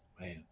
Man